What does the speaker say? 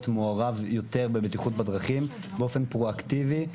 מעורב יותר בבטיחות בדרכים באופן פרו-אקטיבי,